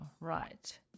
right